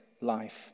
life